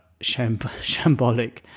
shambolic